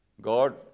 God